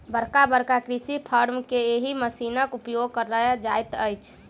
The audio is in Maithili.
बड़का बड़का कृषि फार्म मे एहि मशीनक उपयोग कयल जाइत अछि